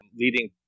leading